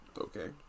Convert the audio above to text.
Okay